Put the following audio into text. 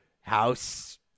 house